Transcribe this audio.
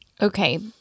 Okay